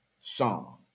song